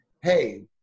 hey